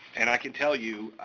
and i can tell you,